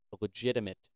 legitimate